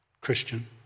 Christian